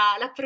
la